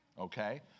okay